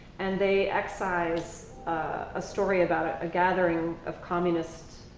and they excised a story about ah a gathering of communist